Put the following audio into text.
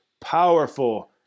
powerful